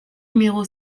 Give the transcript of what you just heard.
numéro